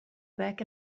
back